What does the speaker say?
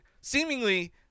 Seemingly